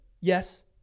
Yes